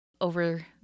over